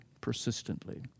persistently